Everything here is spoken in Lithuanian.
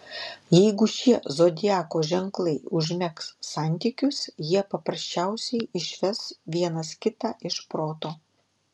jeigu šie zodiako ženklai užmegs santykius jie paprasčiausiai išves vienas kitą iš proto